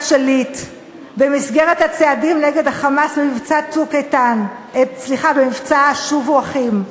שליט במסגרת הצעדים נגד ה"חמאס" במבצע "שובו אחים".